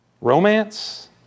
romance